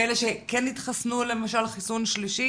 כאלה שכן התחסנו למשל חיסון שלישי